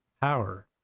power